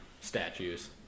statues